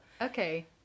okay